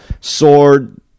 sword